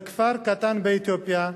בכפר קטן באתיופיה,